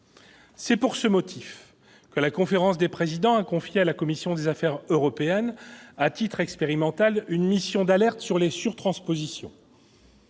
C'est pour ce motif que la conférence des présidents a confié à la commission des affaires européennes, à titre expérimental, une mission d'alerte sur les sur-transpositions.